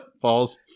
falls